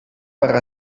per